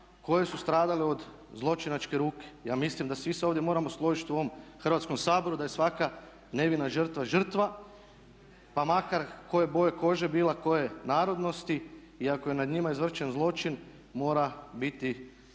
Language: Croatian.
koje su stradale od zločinačke ruke. Ja mislim da svi se ovdje moramo složiti u ovom Hrvatskom saboru da je svaka nevina žrtva žrtva, pa makar koje boje kože bila, koje narodnosti. Ako je nad njima izvršen zločin mora biti